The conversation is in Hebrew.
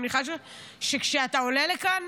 אני מניחה שכשאתה עולה לכאן